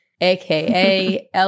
aka